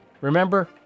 Remember